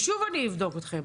ושוב אבדוק אתכם,